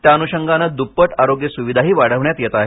त्या अनुशंगाने दुपट आरोग्य सुविधाही वाढविण्यात येत आहेत